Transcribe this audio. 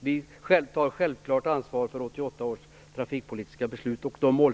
Vi tar självklart ansvar för 1988 års trafikpolitiska beslut och mål.